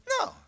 No